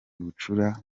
bucura